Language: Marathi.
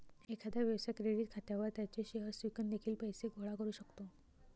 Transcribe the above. एखादा व्यवसाय क्रेडिट खात्यावर त्याचे शेअर्स विकून देखील पैसे गोळा करू शकतो